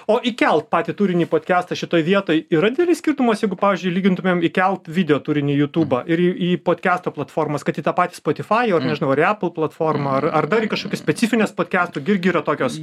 o įkelt patį turinį podkestą šitoj vietoj yra didelis skirtumas jeigu pavyzdžiui lygintumėm įkelt video turinį į jutubą ir į podkesto platformas kad į tą patį spotifajų ar nežinau ar į apple platformą ar ar dar į kažkokias specifines podkestų gi irgi yra tokios